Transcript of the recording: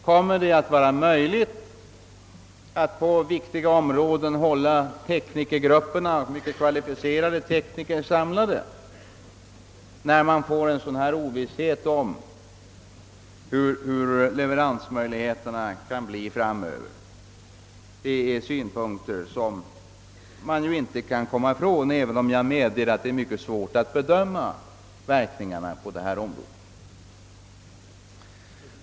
Kommer det att vara möjligt att på viktiga områden hålla grupperna av högt kvalificerade tekniker samlade, när man får en sådan ovisshet om leveransmöjligheterna framöver? Det är en synpunkt som man inte kan komma ifrån, även om jag medger att det är mycket svårt att bedöma verkningarna på detta område.